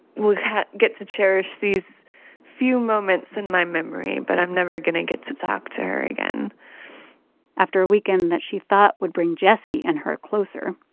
will get to cherish these few moments in my memory, but i'm never going to get to talk to her again after a weekend that she thought would bring jessie and her closer,